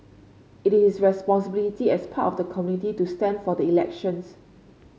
it is responsibility as part of the community to stand for the elections